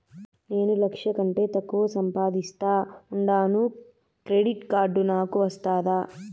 నేను లక్ష కంటే తక్కువ సంపాదిస్తా ఉండాను క్రెడిట్ కార్డు నాకు వస్తాదా